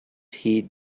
heed